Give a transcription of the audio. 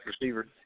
receiver